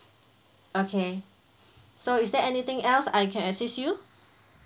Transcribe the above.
okay so is there anything else I can assist you